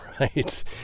right